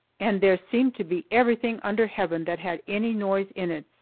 and there seemed to be everything under heaven that had any noise in it,